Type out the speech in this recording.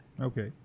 Okay